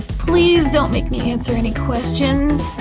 please don't make me answer any questions,